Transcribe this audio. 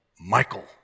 Michael